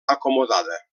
acomodada